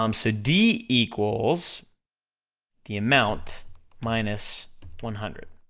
um so d equals the amount minus one hundred.